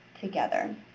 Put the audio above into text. together